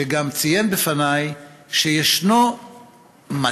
שגם ציין בפני שישנו מטה,